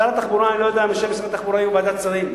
אני לא יודע אם אנשי משרד התחבורה היו בוועדת השרים,